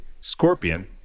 Scorpion